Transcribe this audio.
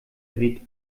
weht